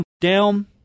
down